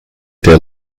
der